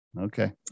Okay